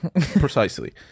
Precisely